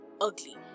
ugly